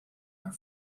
are